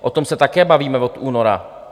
O tom se také bavíme od února.